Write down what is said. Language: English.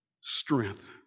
strength